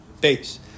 Base